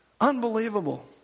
unbelievable